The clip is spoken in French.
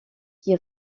qui